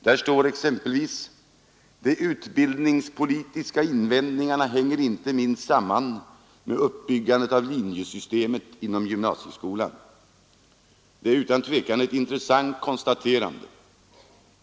Där står exempelvis: ”De utbildningspolitiska invändningarna hänger inte minst samman med uppbyggandet av linjesystemet inom gymnasieskolan.” Det är utan tvekan ett intressant konstaterande.